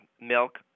milk